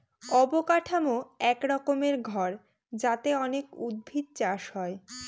অবকাঠামো এক রকমের ঘর যাতে অনেক উদ্ভিদ চাষ হয়